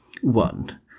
One